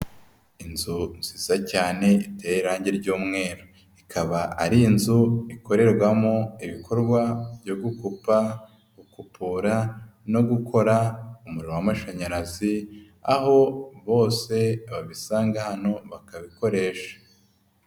Inzu nziza cyane itera irangi ry'umweru ikaba ari inzu ikorerwamo ibikorwa byo gukupa gukupura no gukora umuriro w'amashanyarazi. Aho bose babisanga hano bakabikoresha.